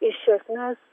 iš esmės